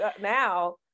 now